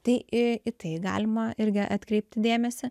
tai į tai galima irgi atkreipti dėmesį